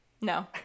No